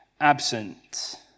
absent